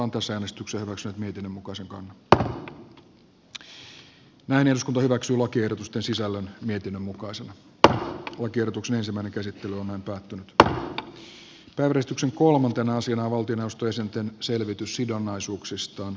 esitellään pääministeri stubbin ja ministerien rinne tuomioja risikko vapaavuori haavisto räsänen nii nistö henriksson kiuru ihalainen huovinen haglund viitanen orpo toivakka ja räty selvitykset sidonnaisuuksistaan